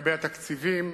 לגבי התקציבים.